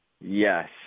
Yes